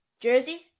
Jersey